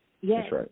yes